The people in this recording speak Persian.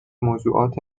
موضوعات